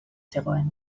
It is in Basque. zegoen